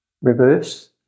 reverse